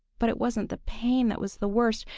but it wasn't the pain that was the worst.